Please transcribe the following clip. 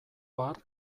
har